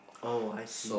oh I see